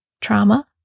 trauma